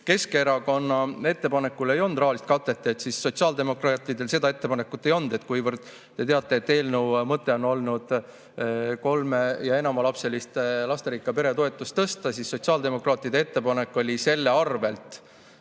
Keskerakonna ettepanekul ei olnud rahalist katet, siis sotsiaaldemokraatidel seda ettepanekut ei olnud. Kuivõrd te teate, et eelnõu mõte on olnud kolme‑ ja enamalapseliste [perede] lasterikka pere toetust tõsta, siis sotsiaaldemokraatide ettepanek oli selle arvel